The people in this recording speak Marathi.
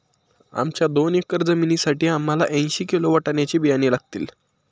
आमच्या दोन एकर जमिनीसाठी आम्हाला ऐंशी किलो वाटाण्याचे बियाणे लागतील